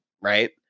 right